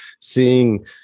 seeing